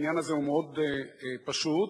נגע בפסיכולוגים,